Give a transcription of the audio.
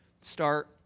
start